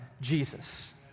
Jesus